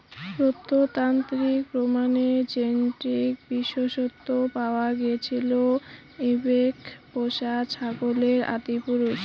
প্রত্নতাত্ত্বিক প্রমাণের জেনেটিক বিশ্লেষনত পাওয়া গেইছে ইবেক্স পোষা ছাগলের আদিপুরুষ